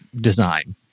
design